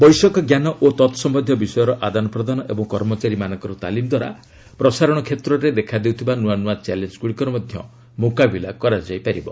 ବୈଷୟିକ ଞ୍ଜାନ ଓ ତତ୍ ସମ୍ଭନ୍ଧୀୟ ବିଷୟର ଆଦାନପ୍ରଦାନ ଏବଂ କର୍ମଚାରୀମାନଙ୍କର ତାଲିମ ଦ୍ୱାରା ପ୍ରସାରଣ କ୍ଷେତ୍ରରେ ଦେଖାଦେଉଥିବା ନୂଆ ଚ୍ୟାଲେଞ୍ଜ ଗୁଡିକର ମଧ୍ୟ ମୁକାବିଲା କରାଯାଇପାରିବ